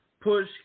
push